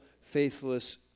faithless